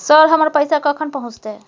Sir, हमर पैसा कखन पहुंचतै?